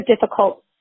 difficult